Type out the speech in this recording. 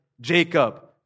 Jacob